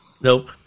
Nope